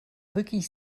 wirklich